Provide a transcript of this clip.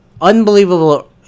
unbelievable